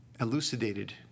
elucidated